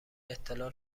اطلاعات